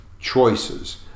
choices